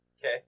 okay